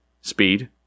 Speed